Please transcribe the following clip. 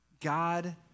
God